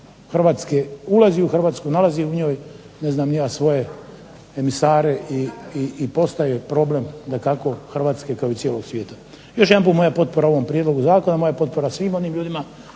Hrvatske, ulazi u Hrvatsku, nalazi u njoj ne znam ni ja svoje emisare i postaje problem dakako Hrvatske kao i cijelog svijeta. Još jedanput moja potpora ovom prijedlogu zakona, moja potpora svim onim ljudima